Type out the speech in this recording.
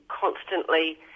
constantly